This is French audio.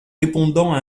répondant